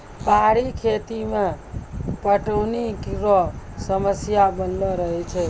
पहाड़ी खेती मे पटौनी रो समस्या बनलो रहै छै